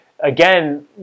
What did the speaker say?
Again